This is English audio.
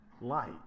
light